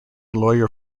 lawyer